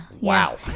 Wow